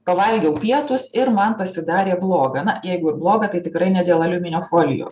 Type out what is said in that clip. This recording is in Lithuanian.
pavalgiau pietus ir man pasidarė bloga na jeigu ir bloga tai tikrai ne dėl aliuminio folijos